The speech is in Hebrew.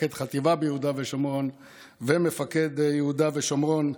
מפקד חטיבה ביהודה ושומרון ומפקד יהודה ושומרון,